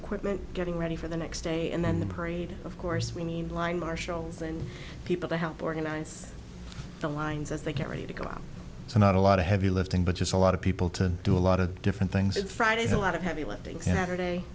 equipment getting ready for the next day and then the parade of course we need line marshals and people to help organize the lines as they get ready to go out so not a lot of heavy lifting but just a lot of people to do a lot of different things and friday's a lot of heavy lifting saturday